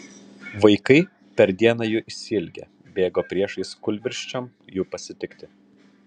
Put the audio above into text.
vaikai per dieną jų išsiilgę bėgo priešais kūlvirsčiom jų pasitikti